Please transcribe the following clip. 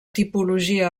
tipologia